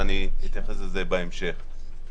ואתייחס לזה בהמשך.